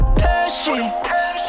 passion